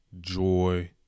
joy